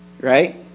right